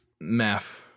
math